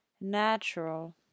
natural